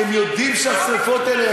כי הם יודעים שהשרפות, הם לא מסיתים.